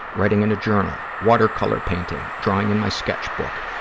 writing in a journal, watercolor painting, drawing in my sketchbook,